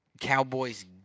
Cowboys